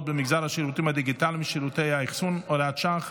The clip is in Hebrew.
במגזר השירותים הדיגיטליים ושירותי האחסון (הוראת שעה,